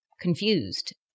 confused